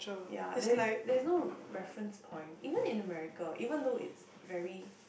ya there is there's no reference point even in America even though it's very